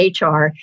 HR